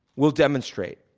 we'll demonstrate.